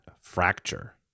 Fracture